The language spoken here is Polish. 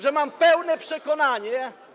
że mam pełne przekonanie.